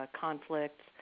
conflicts